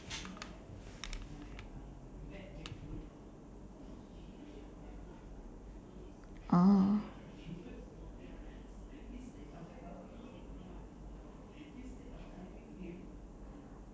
oh